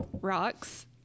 rocks